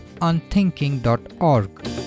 unthinking.org